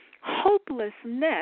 hopelessness